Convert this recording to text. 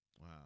Wow